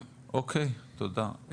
תודה.